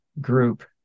group